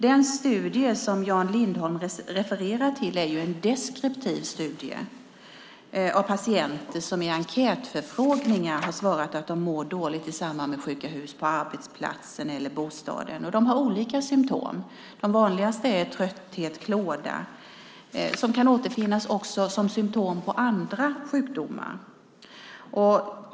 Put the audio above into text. Den studie som Jan Lindholm refererar till är en deskriptiv studie av patienter som i enkätförfrågningar har svarat att de mår dåligt i samband med sjuka hus på arbetsplatsen eller i bostaden. De har olika symtom. De vanligaste är trötthet och klåda, som också kan återfinnas som symtom på andra sjukdomar.